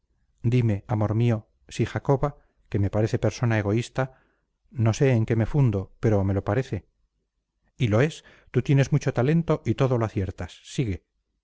dime amor mío si jacoba que me parece persona egoísta no sé en qué me fundo pero me lo parece y lo es tú tienes mucho talento y todo lo aciertas sigue